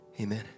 amen